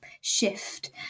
shift